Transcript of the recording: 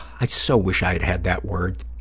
i so wish i had had that word.